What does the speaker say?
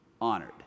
honored